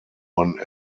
one